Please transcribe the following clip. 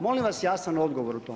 Molim vas jasan odgovor o tome.